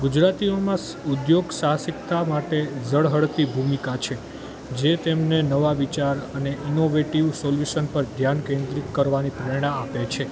ગુજરાતીઓમાં ઉદ્યોગ સાહસિકતા માટે ઝળહળતી ભૂમિકા છે જે તેમને નવા વિચાર અને ઈનોવેટીવ સોલ્યુસન પર ધ્યાન કેન્દ્રિત કરવાની પ્રેરણા આપે છે